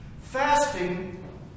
Fasting